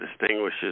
distinguishes